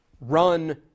run